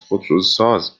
خودروساز